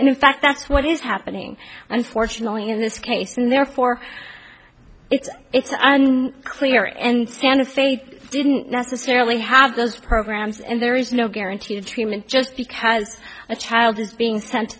and in fact that's what is happening unfortunately in this case and therefore it's clear and santa fe didn't necessarily have those programs and there is no guarantee of treatment just because a child is being sent